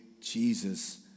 Jesus